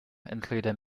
including